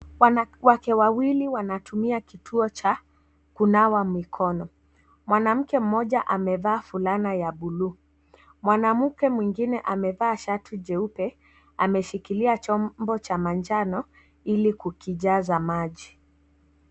Wanawake wawili wanatumia kituo cha kunawa mikono, mwanamke mmoja amevaa fulana ya buluu mwanamke mwingine amevaa shati jeupe ameshikilia chombo cha manjano ili kukijaza maji.